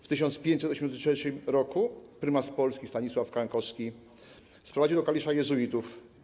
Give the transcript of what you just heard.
W 1580 r. prymas Polski Stanisław Karnkowski sprowadził do Kalisza jezuitów.